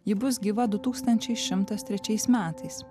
ji bus gyva du tūkstančiai šimtas trečiais metais